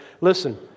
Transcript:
Listen